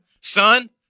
Son